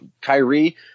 Kyrie